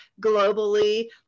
globally